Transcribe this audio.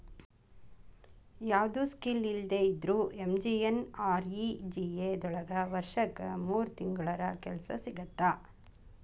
ಯಾವ್ದು ಸ್ಕಿಲ್ ಇಲ್ದೆ ಇದ್ರೂ ಎಂ.ಜಿ.ಎನ್.ಆರ್.ಇ.ಜಿ.ಎ ದೊಳಗ ವರ್ಷಕ್ ಮೂರ್ ತಿಂಗಳರ ಕೆಲ್ಸ ಸಿಗತ್ತ